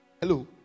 Hello